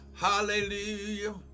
Hallelujah